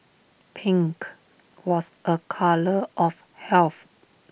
pink was A colour of health